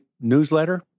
newsletter